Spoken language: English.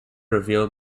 revealed